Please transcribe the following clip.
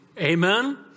Amen